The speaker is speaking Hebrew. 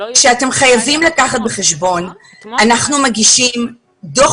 אתם חייבים לקחת בחשבון שאנחנו מגישים דוח